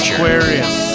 Aquarius